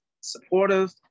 supportive